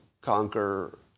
conquer